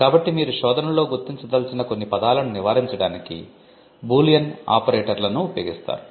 కాబట్టి మీరు శోధనలో గుర్తించదలిచిన కొన్ని పదాలను నివారించడానికి బూలియన్ ఆపరేటర్లను ఉపయోగిస్తారు